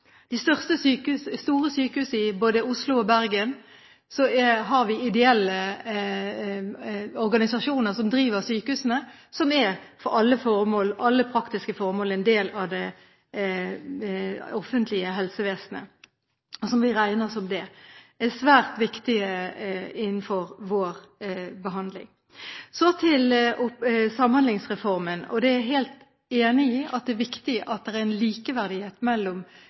store sykehusene, i både Oslo og Bergen, har vi ideelle organisasjoner som driver i sykehusene, som for alle praktiske formål er en del av det offentlige helsevesenet, og som vi regner som det. De er svært viktige innenfor vår behandling. Så til Samhandlingsreformen: Jeg er helt enig i at det er viktig at det er en likeverdighet mellom